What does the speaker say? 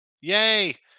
Yay